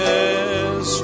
Yes